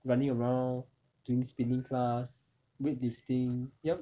running around doing spinning class weightlifting yup